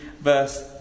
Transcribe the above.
verse